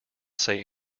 say